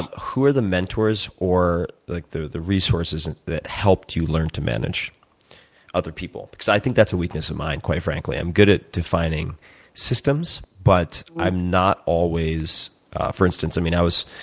who are the mentors or like the the resources and that helped you learn to manage other people? because i think that's a weakness of mine, quite frankly. i'm good at defining systems but i'm not always for instance, i mean, i was